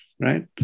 Right